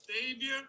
Savior